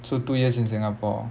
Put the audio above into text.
so two years in singapore